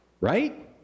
Right